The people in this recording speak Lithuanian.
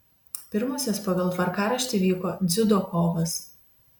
pirmosios pagal tvarkaraštį vyko dziudo kovos